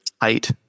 Height